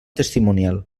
testimonial